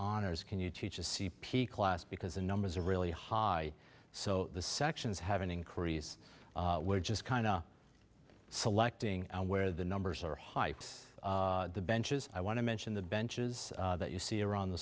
honors can you teach a c p class because the numbers are really high so the sections have an increase we're just kind of selecting where the numbers are high the benches i want to mention the benches that you see around the